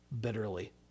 bitterly